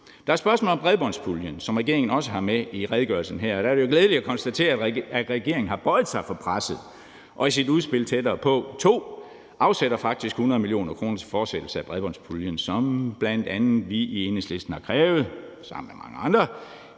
Der er spørgsmålet om bredbåndspuljen, som regeringen også har med i redegørelsen her, og der er det jo glædeligt at konstatere, at regeringen har bøjet sig for presset og i sit udspil »Tættere på ll« faktisk afsætter 100 mio. kr. til fortsættelse af bredbåndspuljen, som bl.a. vi i Enhedslisten har krævet det sammen med mange andre,